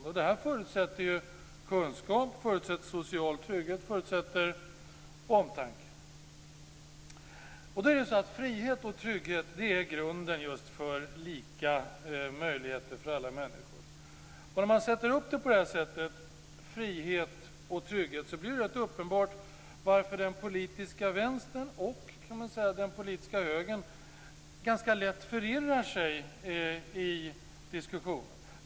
Och detta förutsätter ju kunskap, social trygghet och omtanke. Frihet och trygghet är grunden just för lika möjligheter för alla människor. Och om man sätter upp det på detta sätt med frihet och trygghet så blir det ganska uppenbart varför den politiska vänstern och, kan man säga, den politiska högern ganska lätt förirrar sig i diskussionen.